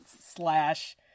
slash